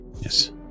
yes